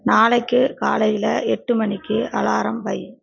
நாளைக்கு காலையில் எட்டு மணிக்கு அலாரம் வை